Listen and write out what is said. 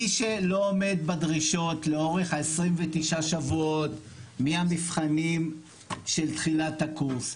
מי שלא עומד בדרישות לאורך ה-29 שבועות מהמבחנים של תחילת הקורס,